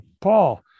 Paul